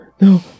no